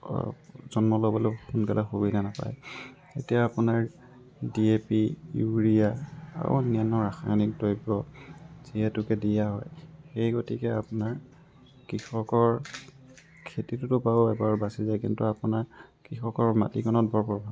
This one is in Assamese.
জন্ম ল'বলৈও সোনকালে সুবিধা নাপায় এতিয়া আপোনাৰ ডি এ পি ইউৰিয়া আৰু অন্যান্য ৰাসায়নিক দ্ৰব্য যিহেতুকে দিয়া হয় সেই গতিকে আপোনাৰ কৃষকৰ খেতিটোতো বাৰু এবাৰ বাচি যায় কিন্তু আপোনাৰ কৃষকৰ মাটিকনত বৰ প্ৰভাৱ পেলায়